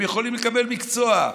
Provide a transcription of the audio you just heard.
הם יכולים לקבל מקצוע,